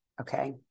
Okay